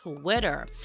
Twitter